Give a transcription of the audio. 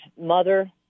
mother